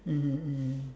mmhmm mmhmm